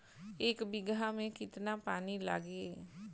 एक बिगहा में केतना पानी लागी?